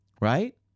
right